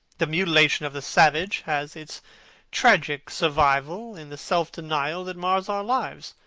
the mutilation of the savage has its tragic survival in the self-denial that mars our lives.